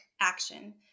action